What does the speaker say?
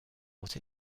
what